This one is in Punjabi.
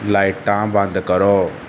ਲਾਈਟਾਂ ਬੰਦ ਕਰੋ